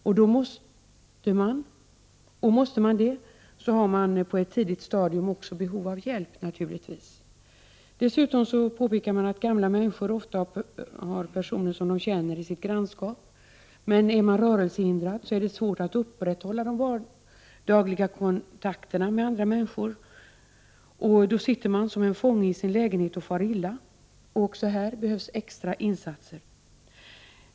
Och om de bor kvar har de på ett tidigt stadium naturligtvis behov av hjälp. Dessutom påpekas det att gamla människor ofta har personer som de känner i sitt grannskap. Men för de gamla människor som är rörelsehindrade är det svårt att upprätthålla de dagliga kontakterna med andra människor, och då sitter de som fångar i sina lägenheter och far illa. Också i detta sammanhang behövs det extra insatser.